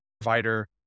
provider